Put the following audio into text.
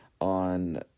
on